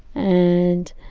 and